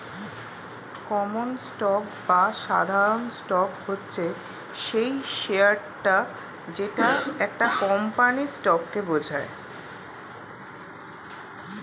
common stock বা সাধারণ stock হচ্ছে সেই শেয়ারটা যেটা একটা কোম্পানির স্টককে বোঝায়